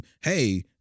hey